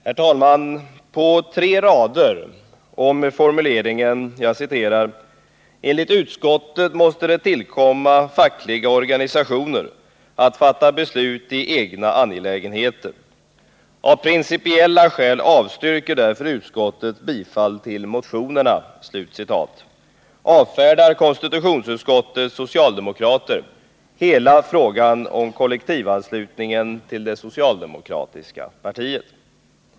Herr talman! På tre rader och med formuleringen: ”Enligt utskottet måste det tillkomma fackliga organisationer att fatta beslut i egna angelägenheter. Av principiella skäl avstyrker därför utskottet bifall till motionerna” avfärdar konstitutionsutskottets socialdemokrater hela frågan om kollektivanslutning till det socialdemokratiska partiet.